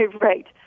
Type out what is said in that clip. right